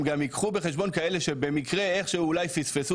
הם גם ייקחו בחשבון כאלה שבמקרה איך שהוא אולי פספסו